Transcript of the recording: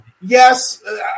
yes